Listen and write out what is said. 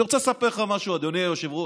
אני רוצה לספר לך משהו, אדוני היושב-ראש: